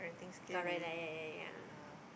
correct lah ya ya ya